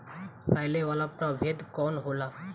फैले वाला प्रभेद कौन होला?